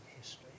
history